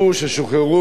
ששוחררו,